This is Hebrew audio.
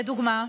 לדוגמה,